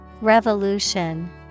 Revolution